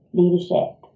leadership